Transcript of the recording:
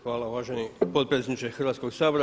Hvala uvaženi potpredsjedniče Hrvatskog sabora.